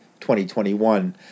2021